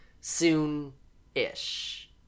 soon-ish